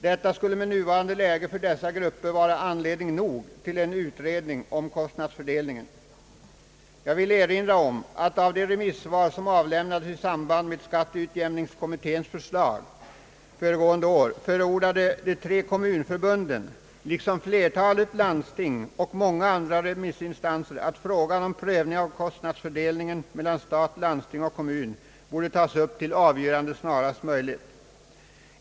Detta skulle med nuvarande läge för dessa grupper vara anledning nog till en utredning om kostnadsfördelningen. Jag vill erinra om ett av de remissvar som avlämnades i samband med skatteutjämningskommitténs förslag föregående år. Då förordade de tre kommunförbunden liksom flertalet landsting och många andra remissinstanser, att frågan om en prövning av kostnadsfördelningen mellan stat, landsting och kommun skulle tas upp till avgörande snarast möjligt.